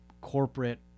corporate